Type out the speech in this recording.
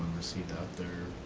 received out there,